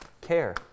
care